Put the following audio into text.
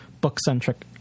book-centric